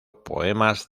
poemas